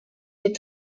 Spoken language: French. les